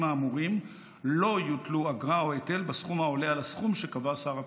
האמורים לא יוטלו אגרה או היטל בסכום העולה על הסכום שקבע שר הפנים.